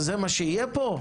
אז זה מה שיהיה פה?